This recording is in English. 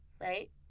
right